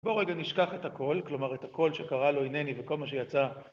בואו רגע נשכח את הקול, כלומר, את הקול שקרה לו הנני וכל מה שיצא...